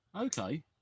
Okay